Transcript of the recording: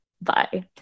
bye